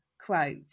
quote